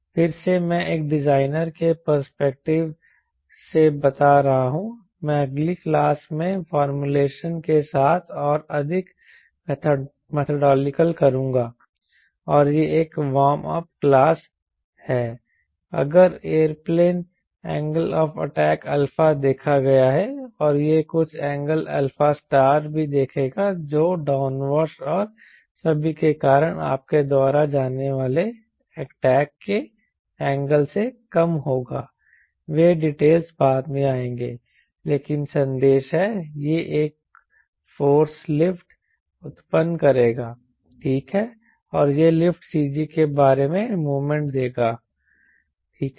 फिर से मैं एक डिजाइनर के पर्सपेक्टिव द से बात कर रहा हूं मैं अगली क्लास में फॉर्मूलेशन के साथ और अधिक मेथडिकल करूंगा और यह एक वार्म अप क्लास है अगर एयरप्लेन द्वारा अटैक एंगल α देखा गया है और यह कुछ एंगल α∗ भी देखेगा जो डाउनवॉश और सभी के कारण आपके द्वारा जाने जाने वाले अटैक के एंगल से कम होगा वे डीटेल्स बाद में आएंगे लेकिन संदेश है यह एक फोर्से लिफ्ट उत्पन्न करेगा ठीक है और यह लिफ्ट CG के बारे में मोमेंट देगा ठीक है